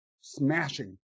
smashing